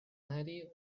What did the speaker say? ninety